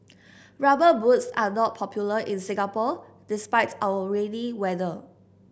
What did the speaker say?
rubber boots are not popular in Singapore despite our rainy weather